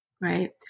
Right